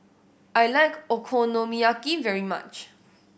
I like Okonomiyaki very much